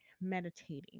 meditating